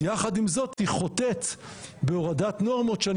יחד עם זאת היא חוטאת בהורדת נורמות שאני